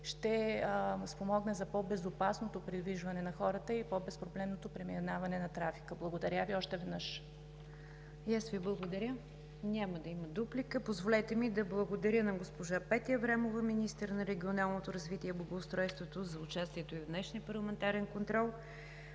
ще спомогне за по-безопасното придвижване на хората и по-безпроблемното преминаване на трафика. Благодаря Ви още веднъж. ПРЕДСЕДАТЕЛ НИГЯР ДЖАФЕР: И аз Ви благодаря. Няма да има дуплика. Позволете ми да благодаря на госпожа Петя Аврамова – министър на регионалното развитие и благоустройството, за участието ѝ в днешния парламентарен контрол.